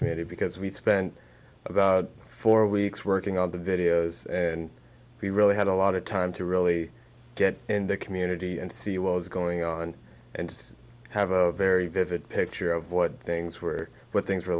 created because we spent about four weeks working on the videos and we really had a lot of time to really get in the community and see what was going on and have a very vivid picture of what things were what things were